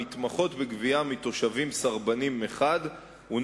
המתמחות בגבייה מתושבים סרבנים מחד גיסא